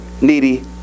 needy